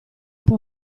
può